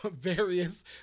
various